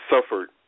suffered